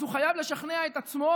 אז הוא חייב לשכנע את עצמו,